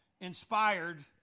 inspired